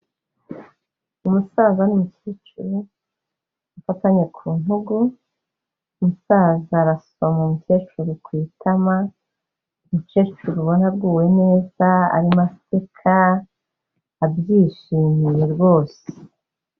Umusaza n'umumukecuru bafatanye ku ntugu, umusaza arasoma umukecuru ku itama, umukecuru ubona aguwe neza arimo aseka, abyishimiye rwose.